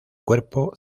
cuerpo